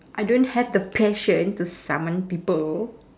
I don't have the passion to saman people